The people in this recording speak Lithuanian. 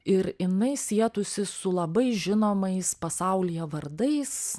ir jinai sietųsi su labai žinomais pasaulyje vardais